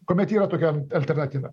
kuomet yra tokia alternatyva